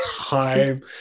time